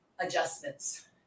adjustments